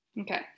Okay